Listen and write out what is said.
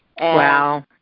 Wow